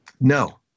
No